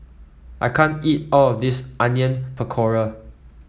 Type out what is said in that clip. I can't eat all of this Onion Pakora